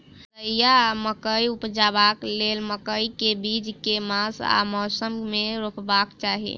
भदैया मकई उपजेबाक लेल मकई केँ बीज केँ मास आ मौसम मे रोपबाक चाहि?